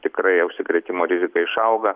tikrai užsikrėtimo rizika išauga